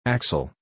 Axel